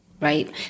Right